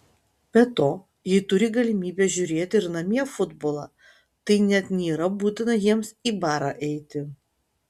be to jei turi galimybę žiūrėti ir namie futbolą tai net nėra būtina jiems į barą eiti